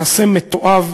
מעשה מתועב,